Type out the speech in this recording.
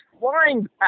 flying